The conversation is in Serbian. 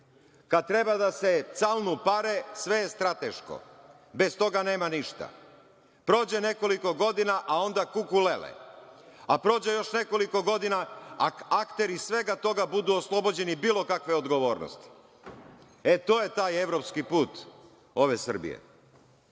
Kad treba da se calnu pare, sve je strateško, bez toga nema ništa. Prođe nekoliko godina, a onda kuku lele, prođe još nekoliko godina, akteri svega toga budu oslobođeni bilo kakve odgovornosti. E, to je taj evropski put ove Srbije.